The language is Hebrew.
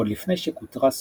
עוד לפני שכותרה סופית,